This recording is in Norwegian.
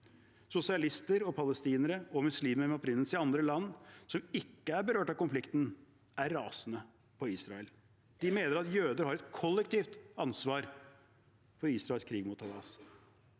Sosialister, palestinere og muslimer med opprinnelse i andre land, som ikke er berørt av konflikten, er rasende på Israel. De mener at jøder har et kollektivt ansvar for Israels krig mot Hamas.